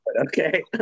Okay